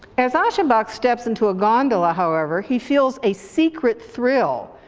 as aschenbach steps into a gondola however, he feels a secret thrill.